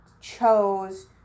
chose